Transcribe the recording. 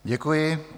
Děkuji.